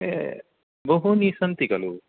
ए बहूनि सन्ति खलु